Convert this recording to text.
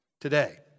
today